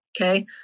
Okay